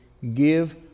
Give